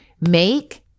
make